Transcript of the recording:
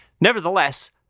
Nevertheless